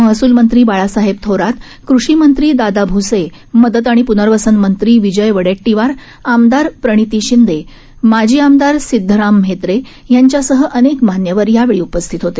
महसूलमंत्री बाळासाहेब थोरात कृषीमंत्री दादा भूसे मदत आणि प्नर्वसन मंत्री विजय वडेट्टीवार आमदार प्रणिती शिंदे माजी आमदार सिद्धराम म्हेत्रे यांच्यासह अनेक मान्यवर यावेळी उपस्थित होते